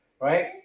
right